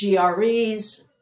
GREs